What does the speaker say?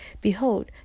Behold